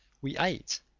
we ate,